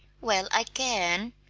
well, i can,